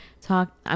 Talk